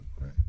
right